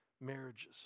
marriages